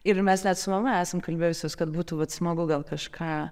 ir mes net su mama esam kalbėjusios kad būtų vat smagu gal kažką